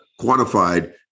quantified